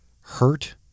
hurt